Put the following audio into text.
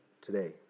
today